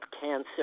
cancer